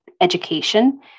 education